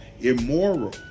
immoral